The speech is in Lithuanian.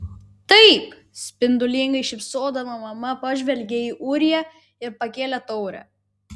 taip spindulingai šypsodama mama pažvelgė į ūriją ir pakėlė taurę